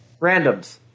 Randoms